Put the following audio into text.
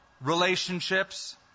relationships